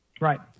Right